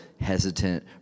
hesitant